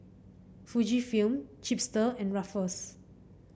Fujifilm Chipster and Ruffles